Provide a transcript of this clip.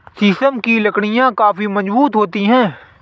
शीशम की लकड़ियाँ काफी मजबूत होती हैं